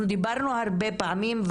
אנחנו דיברנו הרבה פעמים,